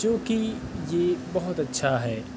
جوکہ یہ بہت اچھا ہے